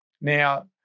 Now